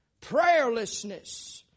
Prayerlessness